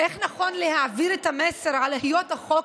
איך נכון להעביר את המסר על היות החוק